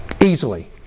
Easily